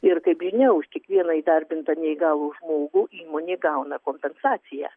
ir kaip žinia už kiekvieną įdarbintą neįgalų žmogų įmonė gauna kompensaciją